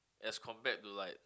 as compared to like